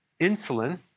insulin